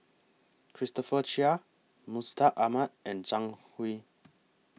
Christopher Chia Mustaq Ahmad and Zhang Hui